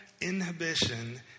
inhibition